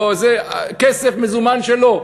כסף מזומן שלו.